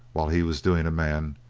while he was doing a man,